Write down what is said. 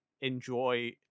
enjoy